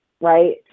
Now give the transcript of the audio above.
right